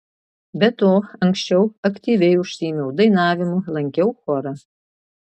be to anksčiau aktyviai užsiėmiau dainavimu lankiau chorą